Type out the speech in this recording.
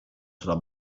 sulla